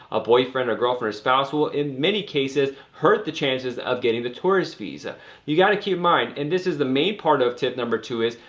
a boyfriend or girlfriend or spouse will in many cases, hurt the chances of getting the tourist visa you've got to keep in mind and this is the main part of tip number two is,